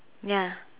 ya